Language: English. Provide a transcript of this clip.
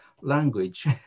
language